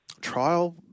Trial